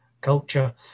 culture